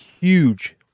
huge